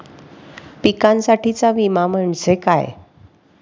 पिकांसाठीचा विमा म्हणजे काय?